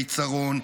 ביצרון,